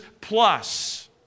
plus